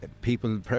People